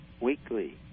weekly